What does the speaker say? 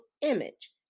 image